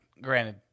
granted